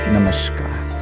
Namaskar